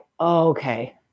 okay